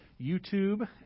YouTube